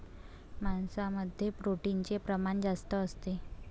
मांसामध्ये प्रोटीनचे प्रमाण जास्त असते